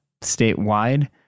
statewide